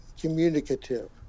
communicative